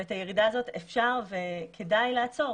ואת הירידה הזאת אפשר וכדאי לעצור